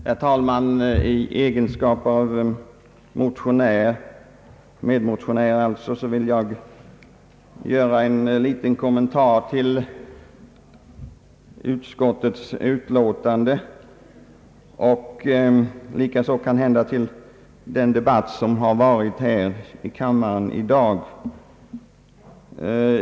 Herr talman! I egenskap av medmotionär vill jag göra en liten kommentar till utskottets utlåtande och likaså till den debatt som har varit här i kammaren i dag.